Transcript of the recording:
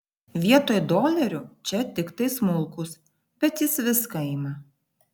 vietoj dolerių čia tiktai smulkūs bet jis viską ima